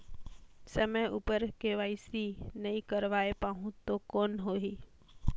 समय उपर के.वाई.सी नइ करवाय पाहुं तो कौन होही?